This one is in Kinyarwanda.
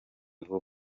vuba